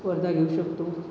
स्पर्धा घेऊ शकतो